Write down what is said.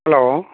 hello